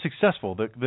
successful